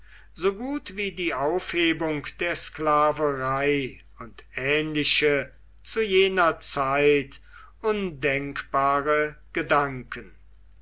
so gut wie die aufhebung der sklaverei und ähnliche zu jener zeit undenkbare gedanken